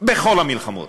בכל המלחמות.